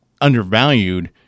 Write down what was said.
undervalued